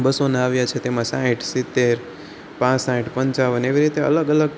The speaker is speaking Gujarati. બસોનાં આવ્યા છે તેમાં સાંઠ સિતેર પાંસઠ પંચાવન એવી રીતે અલગ અલગ